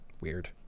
weird